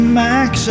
max